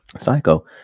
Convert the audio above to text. Psycho